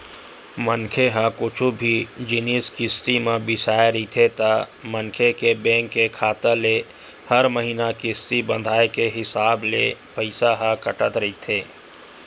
मनखे ह कुछु भी जिनिस किस्ती म बिसाय रहिथे ता मनखे के बेंक के खाता ले हर महिना किस्ती बंधाय के हिसाब ले पइसा ह कटत रहिथे